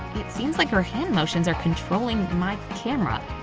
it seems like her hand motions are controlling my camera,